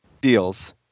deals